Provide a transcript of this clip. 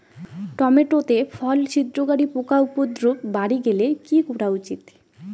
Tomato তে ফল ছিদ্রকারী পোকা উপদ্রব বাড়ি গেলে কি করা উচিৎ?